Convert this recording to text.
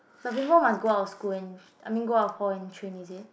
the ping pong must go out of school I mean go out of hall and train is it